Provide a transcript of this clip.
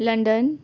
London